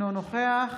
אינו נוכח